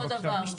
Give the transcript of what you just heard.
בבקשה.